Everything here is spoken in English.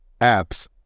apps